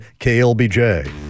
KLBJ